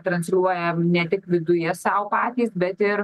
transliuojam ne tik viduje sau patys bet ir